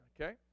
Okay